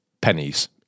pennies